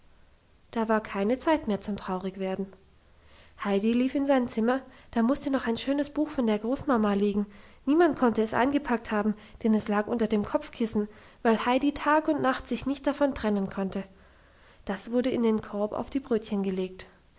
da war keine zeit mehr zum traurigwerden heidi lief in sein zimmer da musste noch ein schönes buch von der großmama liegen niemand konnte es eingepackt haben denn es lag unter dem kopfkissen weil heidi tag und nacht sich nicht davon trennen konnte das wurde in den korb auf die brötchen gelegt